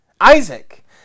Isaac